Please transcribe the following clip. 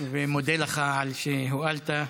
ומודה לך על שהואלת.